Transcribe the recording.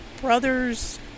brothers